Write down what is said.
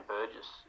Burgess